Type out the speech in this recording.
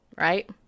Right